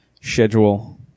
schedule